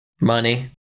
Money